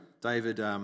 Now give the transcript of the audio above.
David